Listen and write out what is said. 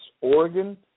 Oregon